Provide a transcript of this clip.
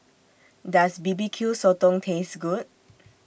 Does B B Q Sotong Taste Good